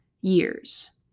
years